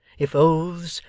if oaths,